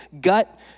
gut